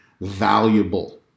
valuable